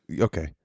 Okay